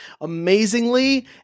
amazingly